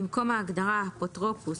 במקום ההגדרה ""אפוטרופוס",